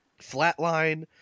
Flatline